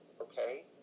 Okay